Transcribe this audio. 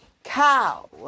cow